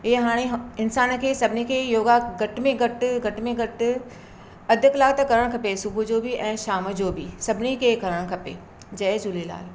इहे हाणे ह इंसान खे सभिनी खे योगा घटि में घटि घटि में घटि अधु कलाकु त करणु खपे सुबुह जो बि ऐं शाम जो बि सभिनी खे करणु खपे जय झूलेलाल